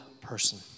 person